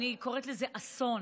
אני קוראת לזה אסון,